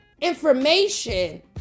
information